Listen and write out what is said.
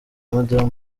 madamu